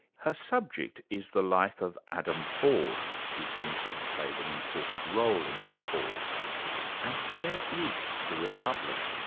her subject is the life of adam ford who seems to have played an important role in that fall and where is the republic?